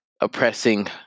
oppressing